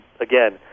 again